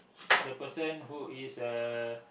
the person who is a